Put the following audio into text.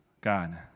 God